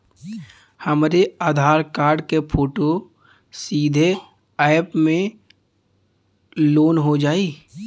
हमरे आधार कार्ड क फोटो सीधे यैप में लोनहो जाई?